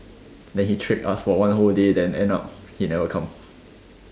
then he trick us for one whole day then end up he never come